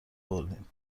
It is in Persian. بردیم